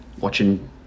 watching